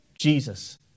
Jesus